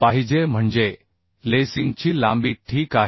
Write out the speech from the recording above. पाहिजे म्हणजे लेसिंगची लांबी ठीक आहे